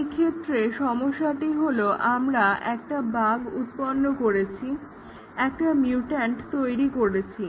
এক্ষেত্রে সমস্যাটা হলো আমরা একটা বাগ্ উৎপন্ন করেছি একটা মিউট্যান্ট তৈরি করেছি